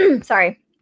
sorry